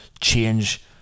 change